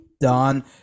done